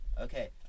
Okay